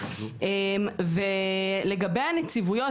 לגבי הנציבויות,